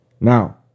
Now